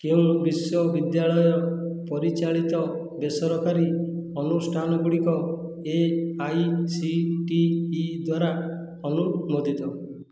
କେଉଁ ବିଶ୍ୱବିଦ୍ୟାଳୟ ପରିଚାଳିତ ବେସରକାରୀ ଅନୁଷ୍ଠାନ ଗୁଡ଼ିକ A I C T E ଦ୍ଵାରା ଅନୁମୋଦିତ